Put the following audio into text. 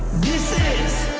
this is